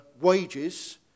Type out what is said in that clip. wages